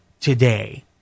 today